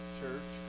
church